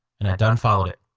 and i done followed it.